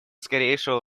скорейшего